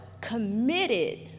committed